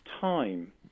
time